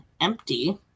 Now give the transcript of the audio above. empty